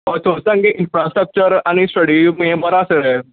हय थंय तेंगे इन्फ्रास्ट्रक्चर आनी स्टडी हें बरो आसा रे